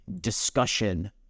discussion